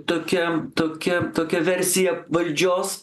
tokia tokia tokia versija valdžios